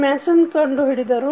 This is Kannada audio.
ಮ್ಯಾಸನ್ ಕಂಡು ಹಿಡಿದರು